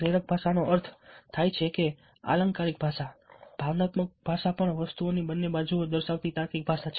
પ્રેરક ભાષા નો અર્થ થાય છે અલંકારિક ભાષા ભાવનાત્મક ભાષા પણ વસ્તુઓની બંને બાજુઓ દર્શાવતી તાર્કિક ભાષા